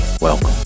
welcome